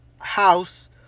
house